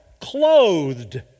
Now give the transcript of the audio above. clothed